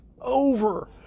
over